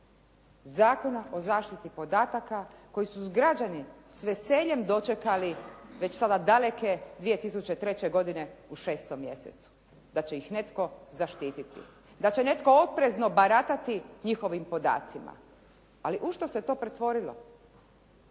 Zakona o zaštiti podataka koji su građani s veseljem dočekali već sada daleke 2003. godine u 6. mjesecu. Da će ih netko zaštiti. Da će netko oprezno baratati njihovim podacima. Ali u što se to pretvorilo?